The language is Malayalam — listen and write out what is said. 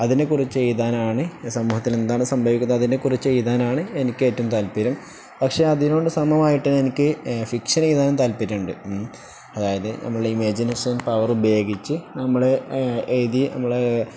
അതിനെക്കുറിച്ച് എഴുതാനാണ് സമൂഹത്തിലെന്താണ് സംഭവിക്കുന്നത് അതിനെക്കുറിച്ച് എഴുതാനാണ് എനിക്കേറ്റവും താല്പര്യം പക്ഷെ അതിനോട് സമമായിട്ട് എനിക്ക് ഫിക്ഷൻ എഴുതാനും താല്പര്യമുണ്ട് ഉം അതായത് നമ്മുടെ ഇമേജിനേഷൻ പവർ ഉപയോഗിച്ച് നമ്മള് എഴുതി നമ്മുടെ